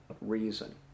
reason